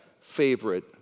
favorite